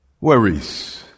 worries